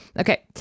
Okay